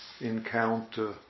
encounter